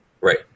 Right